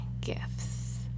gifts